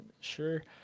sure